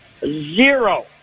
zero